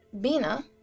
Bina